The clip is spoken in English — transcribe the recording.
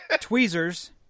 tweezers